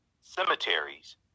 cemeteries